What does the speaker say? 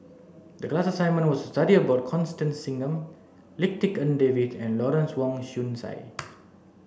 the class assignment was to study about Constance Singam Lim Tik En David and Lawrence Wong Shyun Tsai